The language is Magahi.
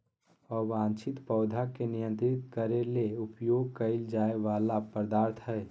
अवांछित पौधा के नियंत्रित करे ले उपयोग कइल जा वला पदार्थ हइ